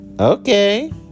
Okay